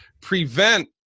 prevent